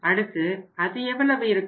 அடுத்து அது எவ்வளவு இருக்கும்